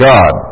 God